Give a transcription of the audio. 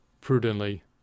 prudently